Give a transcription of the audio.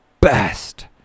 best